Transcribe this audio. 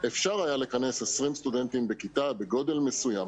אפשר היה לכנס 20 סטודנטים בכיתה בגודל מסוים.